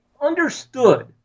understood